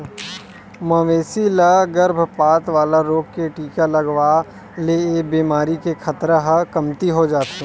मवेशी ल गरभपात वाला रोग के टीका लगवा दे ले ए बेमारी के खतरा ह कमती हो जाथे